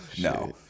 No